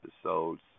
episodes